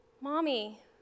Mommy